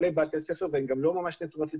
בתי ספר והן גם לא ממש נתונות לפיקוח.